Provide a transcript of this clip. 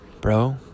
Bro